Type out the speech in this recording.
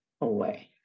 away